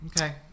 Okay